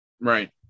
Right